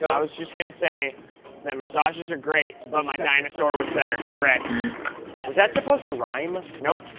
i was just going to say that massages are great, but my dinosaur was better. red. was that supposed to rhyme? nope.